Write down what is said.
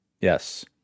Yes